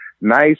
nice